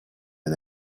and